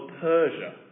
Persia